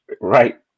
Right